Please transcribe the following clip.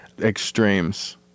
Extremes